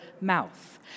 mouth